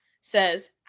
says